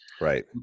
Right